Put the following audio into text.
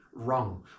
wrong